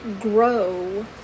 grow